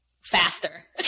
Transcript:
faster